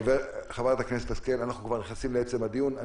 חברת הכנסת, אנחנו כבר נכנסים לעצם הדיון.